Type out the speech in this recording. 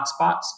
hotspots